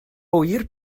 ŵyr